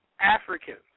Africans